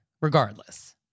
regardless